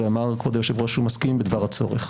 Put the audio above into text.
ואמר כבוד היושב-ראש שהוא מסכים בדבר הצורך,